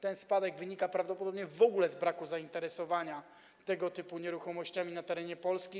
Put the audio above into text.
Ten spadek wynika prawdopodobnie w ogóle z braku zainteresowania tego typu nieruchomościami na terenie Polski.